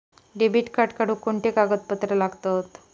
Debit card काढुक कोणते कागदपत्र लागतत?